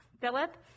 Philip